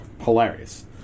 hilarious